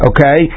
Okay